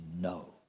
No